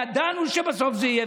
וידענו שבסוף זה יהיה,